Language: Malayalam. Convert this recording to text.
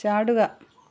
ചാടുക